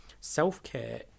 self-care